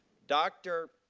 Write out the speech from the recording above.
dr.